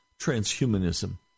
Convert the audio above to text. transhumanism